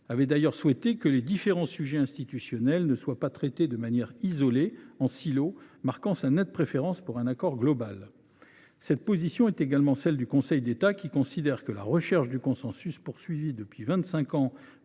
avait d’ailleurs souhaité que les différents sujets institutionnels ne soient pas traités de manière isolée, en silos, et avait marqué sa nette préférence pour un accord global. Cette position est également celle du Conseil d’État, qui considère que la recherche du consensus, poursuivie depuis vingt